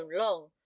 long